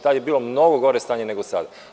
Tada je bilo mnogo gore stanje nego sada.